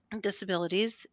disabilities